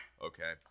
Okay